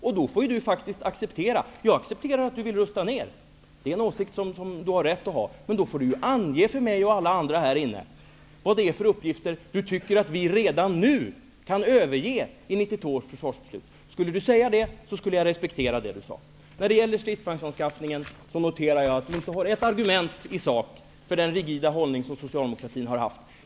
Sture Ericson har rätt att anse att vi skall rusta ned, men då får han ange för mig och för alla andra här i kammaren vilka uppgifter han tycker att vi redan nu kan överge i 1992 års försvarsbeslut. Skulle Sture Ericson säga det, skulle jag respektera det som han säger. När det gäller stridsvagnsanskaffningen noterar jag att Sture Ericson inte har ett enda argument i sak för den rigida hållning som socialdemokratin har intagit.